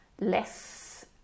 less